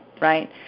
right